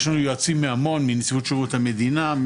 יש לנו יועצים מנציבות שירות המדינה,